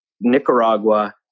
Nicaragua